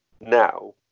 now